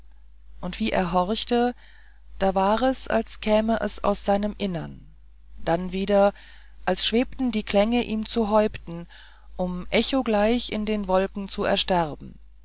und wie er horchte da war es als käme aus seinem innern dann wieder als schwebten die klänge ihm zu häupten um echogleich in den wolken zu ersterben